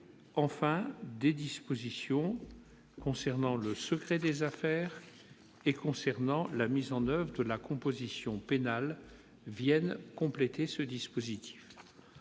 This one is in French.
enfin, des dispositions concernant le secret des affaires et la mise en oeuvre de la composition pénale viennent compléter ce dispositif.